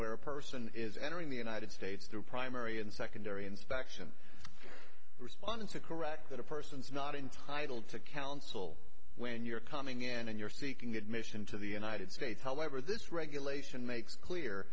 where a person is entering the united states through primary and secondary inspection responding to correct that a person is not entitled to counsel when you're coming in and you're seeking admission to the united states however this regulation makes clear